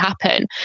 happen